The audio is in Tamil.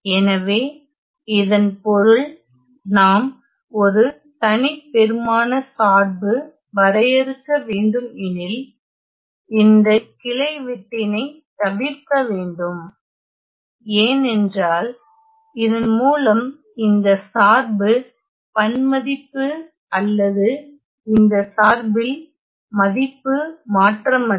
எனவே இதன் பொருள் நாம் ஒரு தனிப்பெறுமானச்சார்பு வரையறுக்க வேண்டுமெனில் இந்த கிளை வெட்டினை தவிர்க்க வேண்டும் ஏனென்றால் இதன் மூலம் இந்த சார்பு பன்மதிப்பு அல்லது இந்த சார்பில் மதிப்பு மாற்றமடையும்